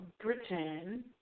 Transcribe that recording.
Britain